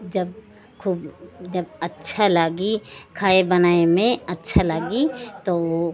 जब खूब जब अच्छा लागी खाए बनाए में अच्छा लगी तो वह